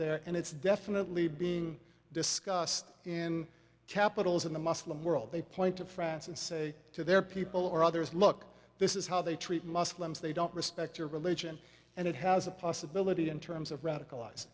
there and it's definitely being discussed in capitals in the muslim world they point to france and say to their people or others look this is how they treat muslims they don't respect your religion and it has a possibility in terms of radicalize